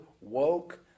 woke